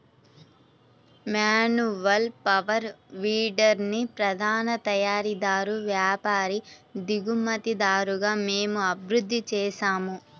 manual power వీడర్ని ప్రధాన తయారీదారు, వ్యాపారి, దిగుమతిదారుగా మేము అభివృద్ధి చేసాము